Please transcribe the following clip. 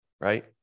Right